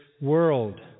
world